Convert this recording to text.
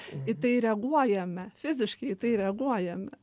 į tai reaguojame fiziškai į tai reaguojame